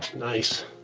nice.